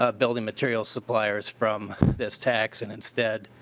ah building material suppliers from this tax and instead